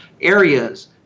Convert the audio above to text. areas